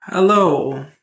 Hello